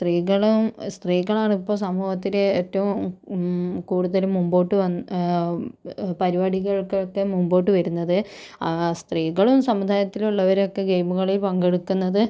സ്ത്രീകളും സ്ത്രീകളാണ് ഇപ്പോൾ സമൂഹത്തില് ഏറ്റവും കൂടുതലും മുമ്പോട്ട് വന്ന് പരിപാടികൾക്കൊക്കെ മുമ്പോട്ട് വരുന്നത് സ്ത്രീകളും സമുദായത്തിലുള്ളവരൊക്കെ ഗെയിമ് കളിയിൽ പങ്കെടുക്കുന്നത്